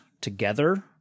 together